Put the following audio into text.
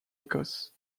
écosse